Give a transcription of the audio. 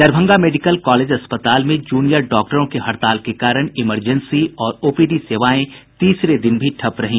Darbhanga medical college अस्पताल में junior डॉक्टरों की हड़ताल के कारण इमरजेंसी और ओपीडी सेवाएं तीसरे दिन भी ठप रहीं